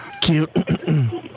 Cute